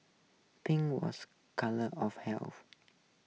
pink was colour of health